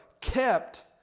kept